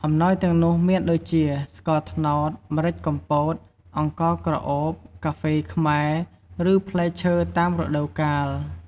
អំណាយទាំងនោះមានដូចជា ស្ករត្នោត ម្រេចកំពត អង្ករក្រអូប កាហ្វេខ្មែរ ឬ ផ្លែឈើតាមរដូវកាល។